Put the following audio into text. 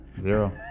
Zero